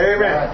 Amen